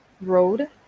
road